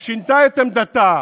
היא שינתה את עמדתה,